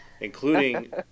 including